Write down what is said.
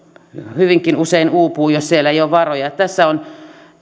hyvinkin usein uupuu jos siellä ei ole varoja tässä on